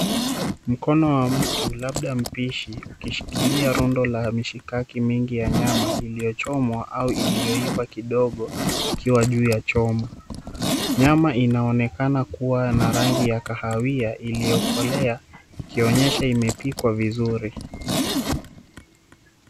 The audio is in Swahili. Mkono wa mtu labda mpishi akishikilia rundo la mishikaki mingi ya nyama iliyochomwa au iliyoiva kidogo ikiwa juu ya choma. Nyama inaonekana kuwa na rangi ya kahawia iliyokolea ikionyesha imepikwa vizuri.